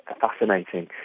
fascinating